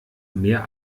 mehr